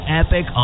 epic